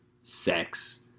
sex